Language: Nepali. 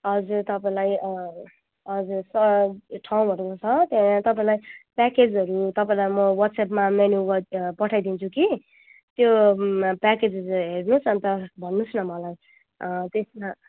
हजुर तपाईँलाई हजुर ठाउँहरू छ त्यहाँ तपाईँलाई प्याकेजहरू तपाईँलाई म वाट्सएपमा मेनु गर् पठाइदिन्छु कि त्यो प्याकेजेस हेर्नु होस् अन्त भन्नु होस् न मलाई त्यसमा